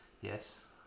yes